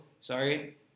sorry